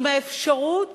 עם האפשרות